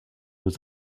aux